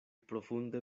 profunde